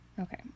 Okay